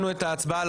את ההצבעה על